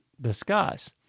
discuss